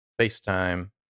FaceTime